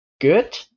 good